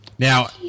Now